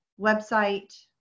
website